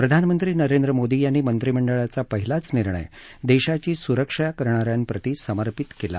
प्रधानमंत्री नरेंद्र मोदी यांनी मंत्रिमंडळाचा पहिलाच निर्णय देशाची सुरक्षा करणा यां प्रति समर्पित केला